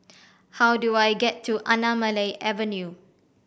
how do I get to Anamalai Avenue